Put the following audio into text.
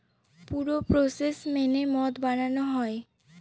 পুরো প্রসেস মেনে মদ বানানো হয়